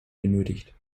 benötigt